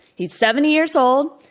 he's seventy years old.